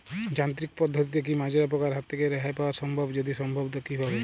যান্ত্রিক পদ্ধতিতে কী মাজরা পোকার হাত থেকে রেহাই পাওয়া সম্ভব যদি সম্ভব তো কী ভাবে?